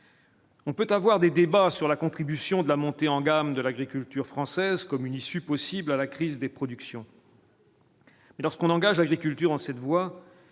On peut avoir des débats sur la contribution de la montée en gamme de l'agriculture française comme une issue possible à la crise des productions. Mais lorsqu'on engage agriculture en cette voie,